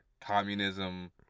Communism